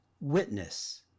Witness